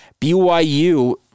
BYU